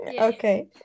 okay